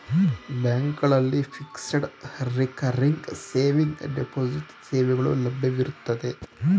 ಬ್ಯಾಂಕ್ಗಳಲ್ಲಿ fixed, recurring saving, deposit ಸೇವೆಗಳು ಲಭ್ಯವಿರುತ್ತವೆ